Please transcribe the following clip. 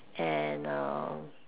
and err